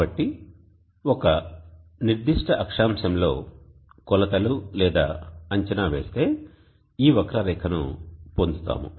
కాబట్టి ఒక నిర్దిష్ట అక్షాంశంలో కొలతలు లేదా అంచనా వేస్తే ఈ వక్ర రేఖను పొందుతాము